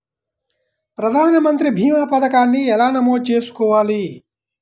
ప్రధాన మంత్రి భీమా పతకాన్ని ఎలా నమోదు చేసుకోవాలి?